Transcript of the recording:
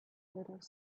little